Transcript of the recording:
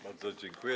Bardzo dziękuję.